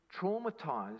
traumatized